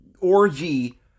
orgy